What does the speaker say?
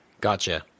Gotcha